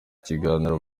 kiganiro